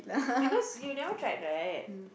because you never tried right